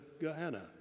Gehenna